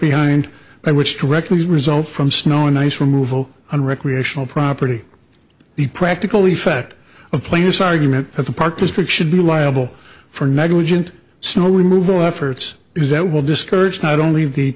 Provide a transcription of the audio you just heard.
behind by which directly result from snow and ice removal on recreational property the practical effect of plaintiff's argument at the park is pick should be liable for negligent snow removal efforts is that will discourage not only the